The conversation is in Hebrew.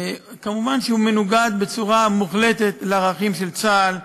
מובן שהוא מנוגד בצורה מוחלטת לערכים של צה"ל.